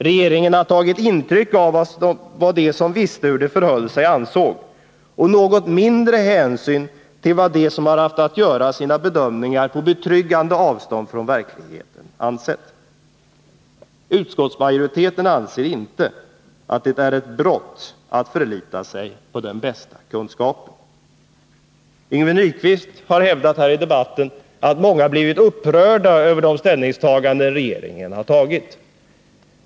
Regeringen har tagit intryck av vad de som visste hur det förhöll sig ansåg och tagit något mindre hänsyn till vad de som har haft att göra sina bedömningar på betryggande avstånd från verkligheten ansett. Utskottsmajoriteten anser inte att det är ett brott att förlita sig på den bästa kunskapen. Yngve Nyquist har i debatten hävdat att många blivit upprörda över de ställningstaganden som regeringen intagit.